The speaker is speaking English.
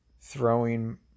throwing